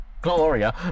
Gloria